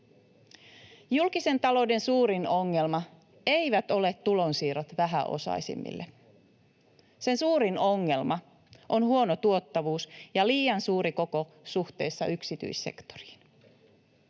Julkisen talouden suurin ongelma eivät ole tulonsiirrot vähäosaisimmille. Sen suurin ongelma on huono tuottavuus ja liian suuri koko suhteessa yksityissektoriin.